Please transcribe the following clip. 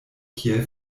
kiel